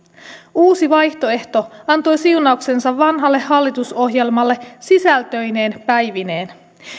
uusi vaihtoehto antoi siunauksensa vanhalle hallitusohjelmalle sisältöineen päivineen